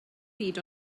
byd